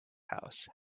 house